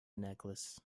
necklace